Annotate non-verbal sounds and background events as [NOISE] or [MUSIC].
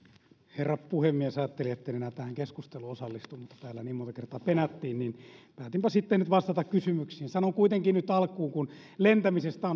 herra puhemies ajattelin etten enää tähän keskusteluun osallistu mutta kun täällä niin monta kertaa penättiin niin päätinpä sitten vastata kysymyksiin sanon kuitenkin nyt alkuun kun lentämisestä [UNINTELLIGIBLE]